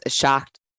shocked